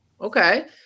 okay